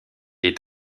est